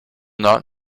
not